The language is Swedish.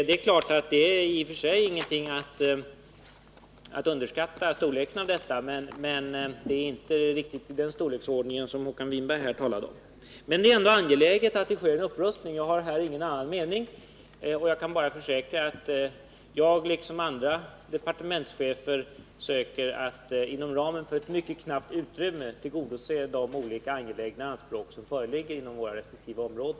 Det är klart att storleken av dem i och för sig inte bör underskattas, men det är inte riktigt den storleksordningen som Håkan Winberg här talade om. Men det är ändå angeläget att det sker en upprustning — jag har här ingen annan mening. Jag kan försäkra att jag liksom andra regeringsledamöter försöker att, inom ramen för ett mycket knappt utrymme, tillgodose de olika angelägna anspråk som föreligger inom resp. område.